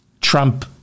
Trump